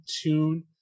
tune